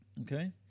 okay